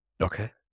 Okay